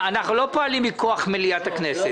אנחנו לא פועלים מכוח מליאת הכנסת.